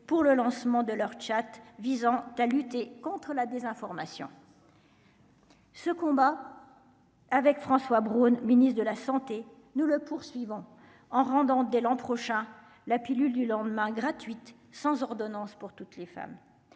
pour le lancement de leur Chat visant à lutter contre la désinformation. Ce combat avec François Braun, ministre de la Santé nous le poursuivons en rendant dès l'an prochain, la pilule du lendemain gratuite sans ordonnance pour toutes les femmes,